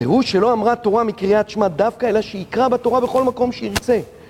והוא שלא אמרה תורה מקריאת שמה דווקא, אלא שיקרא בתורה בכל מקום שירצה.